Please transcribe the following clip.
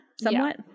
somewhat